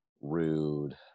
rude